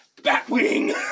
Batwing